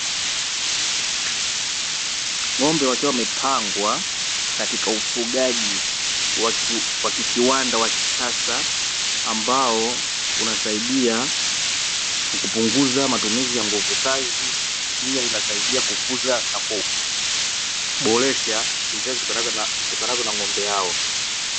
Ng'ombe wakiwa wamepangwa katika ufugaji wa kikiwanda wa kisasa, ambao unasidia kupunguza matumizi ya nguvu kazi, pia inasaidia kukuza na boresha bidhaa zitokanazo na ng'ombe hao.